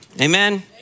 amen